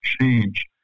change